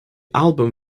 album